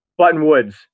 Buttonwoods